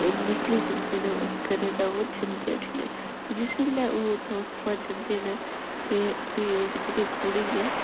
निकली जंदे न उस घरा दा ओह् जंदे उठी न ते जिस बेल्लै ओह् उत्थुआं जंदे न ते फ्ही ओह् जेह्ड़ी कुड़ी ऐ